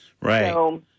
Right